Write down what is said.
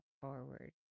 forward